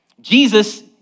Jesus